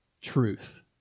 truth